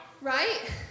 Right